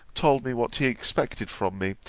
told me what he expected from me,